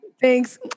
Thanks